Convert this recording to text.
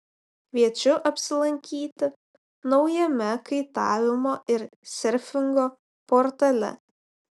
kviečiu apsilankyti naujame kaitavimo ir serfingo portale